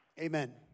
Amen